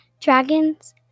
Dragons